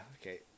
okay